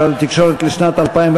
משרד התקשורת (שירותים מרכזיים,